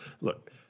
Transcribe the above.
look